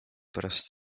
pärast